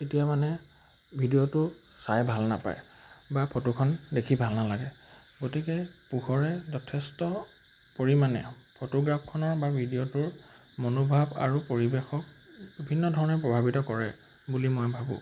তেতিয়া মানে ভিডিঅ'টো চাই ভাল নাপায় বা ফটোখন দেখি ভাল নালাগে গতিকে পোহৰে যথেষ্ট পৰিমাণে ফটোগ্ৰাফখনৰ বা ভিডিঅ'টোৰ মনোভাৱ আৰু পৰিৱেশক বিভিন্ন ধৰণে প্ৰভাৱিত কৰে বুলি মই ভাবোঁ